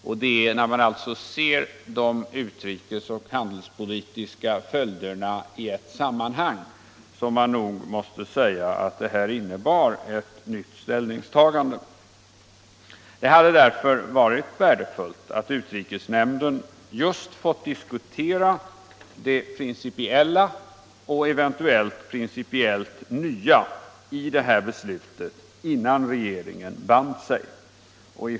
Och det är när man alltså ser de utrikesoch handelspolitiska följderna i ett sammanhang som man nog måste säga att det här innebär ett nytt ställningstagande. Det hade därför 63 varit värdefullt att utrikesnämnden just fått diskutera det principiella och eventuellt principiellt nya i det här beslutet innan regeringen band sig.